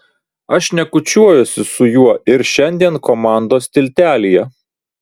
aš šnekučiuojuosi su juo ir šiandien komandos tiltelyje